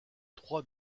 trois